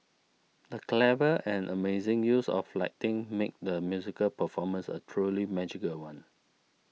the clever and amazing use of lighting made the musical performance a truly magical one